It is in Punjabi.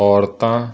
ਔਰਤਾਂ